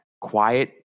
quiet